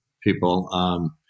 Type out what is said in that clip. people